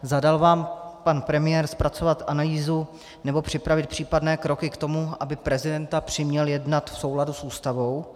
Zadal vám pan premiér zpracovat analýzu nebo připravit případné kroky k tomu, aby prezidenta přiměl jednat v souladu s Ústavou?